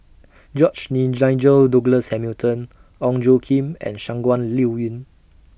George Nigel Douglas Hamilton Ong Tjoe Kim and Shangguan Liuyun